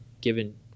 given